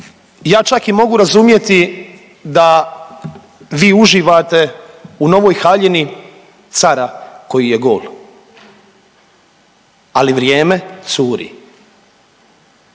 ja čak i mogu razumjeti da vi uživate u novoj haljini cara koji je gol, ali vrijeme curi.